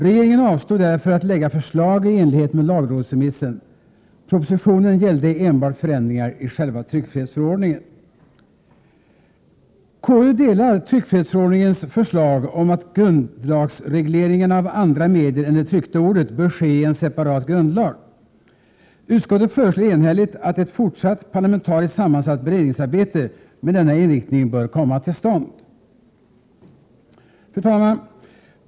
Regeringen avstod därför från att lägga fram förslag i enlighet med lagrådsremissen — propositionen gäller enbart förändringar i själva tryckfrihetsförordningen. grundlagsregleringen av andra medier än det tryckta ordet bör ske i en separat grundlag. Utskottet föreslår enhälligt att ett fortsatt parlamentariskt sammansatt beredningsarbete med denna inriktning bör komma till stånd. Fru talman!